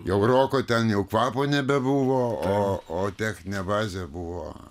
jau roko ten jau kvapo nebebuvo o o techninė bazė buvo